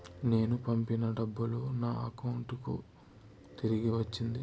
నేను పంపిన డబ్బులు నా అకౌంటు కి తిరిగి వచ్చింది